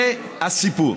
זה הסיפור.